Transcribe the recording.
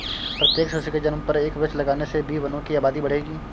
प्रत्येक शिशु के जन्म पर एक वृक्ष लगाने से भी वनों की आबादी बढ़ेगी